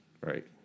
Right